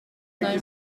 known